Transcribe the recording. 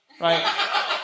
right